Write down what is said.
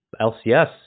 LCS